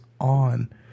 on